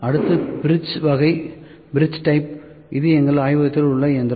அடுத்தது பிரிட்ஜ் வகை இது எங்கள் ஆய்வகத்தில் உள்ள இயந்திரம்